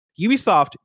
ubisoft